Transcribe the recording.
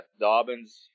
Dobbins